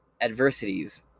adversities